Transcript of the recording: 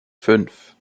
fünf